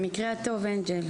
במקרה הטוב אנג'ל.